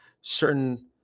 certain